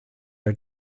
are